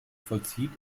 vollzieht